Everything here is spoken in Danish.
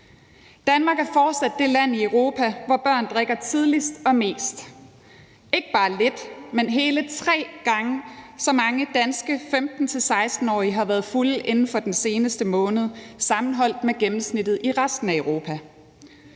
Danmark er fortsat det land i Europa, hvor børn drikker tidligst og mest, og det er ikke bare lidt. Hele tre gange så mange danske 15-16-årige har været fulde inden for den seneste måned sammenholdt med gennemsnittet i resten af Europa.